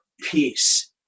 peace